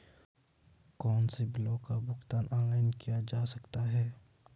कौनसे बिलों का भुगतान ऑनलाइन किया जा सकता है?